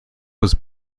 was